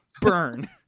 burn